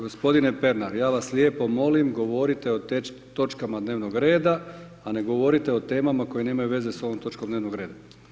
Gospodine Pernar, ja vas lijepo molim govorite o točkama dnevnog reda a ne govorite o temama koje nemaju veze sa ovom točkom dnevnog reda.